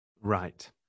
Right